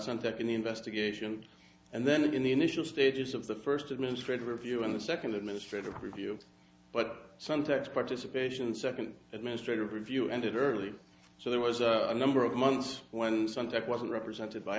the investigation and then in the initial stages of the first administrative review and the second administrative review but sometimes participation second administrative review ended early so there was a number of months when some tech wasn't represented by